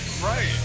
Right